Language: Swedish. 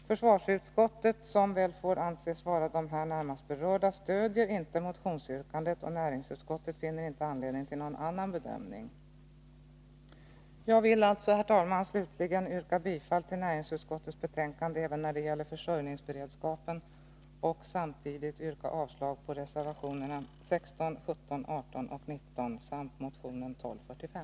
Försvarsutskottet, som väl får anses vara det här närmast berörda, stöder inte det bakomliggande motionsyrkandet, och näringsutskottet finner inte anledning till någon annan bedömning. Herr talman! Jag vill alltså slutligen yrka bifall till näringsutskottets hemställan även när det gäller försörjningsberedskapen och samtidigt yrka avslag på reservationerna 16, 17, 18 och 19 samt motion 1245.